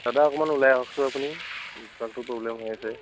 দাদা অকণমান ওলাই আহকচোন আপুনি টো প্ৰবলেম হৈ আছে